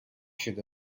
شده